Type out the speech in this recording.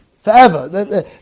Forever